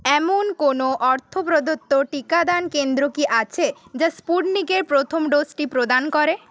এমন কোনও অর্থপ্রদত্ত টিকাদান কেন্দ্র কি আছে যা স্পুটনিকের প্রথম ডোজটি প্রদান করে